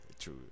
true